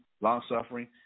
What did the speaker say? long-suffering